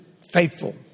faithful